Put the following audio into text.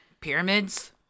Pyramids